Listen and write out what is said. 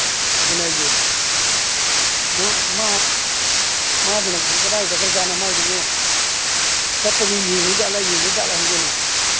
ꯑꯗꯨꯅꯦ ꯍꯥꯏꯁꯦ ꯃꯥ ꯃꯥꯗꯨꯅ ꯀꯗꯥꯏ ꯆꯠꯈ꯭ꯔꯖꯥꯠꯅꯣ ꯃꯥꯏꯗꯨꯕꯨ ꯆꯠꯄꯒꯤ ꯌꯦꯡꯉꯤꯖꯥꯠꯂ ꯌꯦꯡꯗꯖꯥꯠꯂ ꯈꯪꯗꯦꯅꯦ